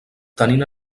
tenint